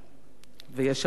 ויש אבל גדול,